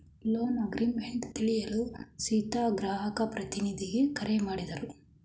loan agreement ತಿಳಿಯಲು ಸೀತಾ ಗ್ರಾಹಕ ಪ್ರತಿನಿಧಿಗೆ ಕರೆ ಮಾಡಿದರು